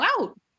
out